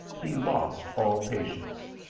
he lost all patience.